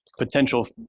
potential